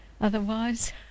Otherwise